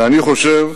ואני חושב